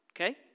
okay